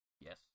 Yes